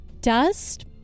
dust